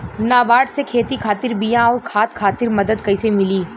नाबार्ड से खेती खातिर बीया आउर खाद खातिर मदद कइसे मिली?